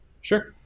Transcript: sure